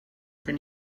kan